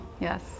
Yes